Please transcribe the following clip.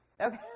Okay